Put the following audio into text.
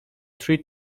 three